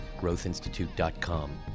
growthinstitute.com